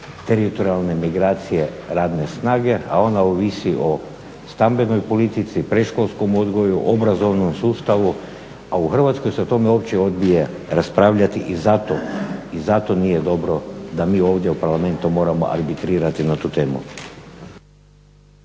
teritorijalne migracije radne snage, a ona ovisi o stambenoj politici, predškolskom odgoju, obrazovnom sustavu a u Hrvatskoj se o tome uopće odbija raspravljati i zato nije dobro da mi ovdje u Parlamentu moramo arbitrirati na tu temu.